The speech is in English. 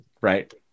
right